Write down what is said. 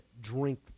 drink